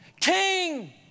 King